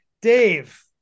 Dave